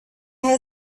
had